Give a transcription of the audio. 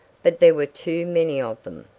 but there were too many of them.